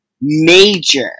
major